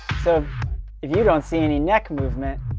so if you don't see any neck movement,